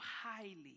highly